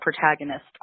protagonist